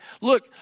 look